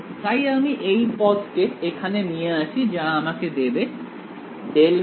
তাই আমি এই পদ কে এখানে নিয়ে আসি যা আমাকে দেবে ∂ϕ∂y ·